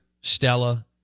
stella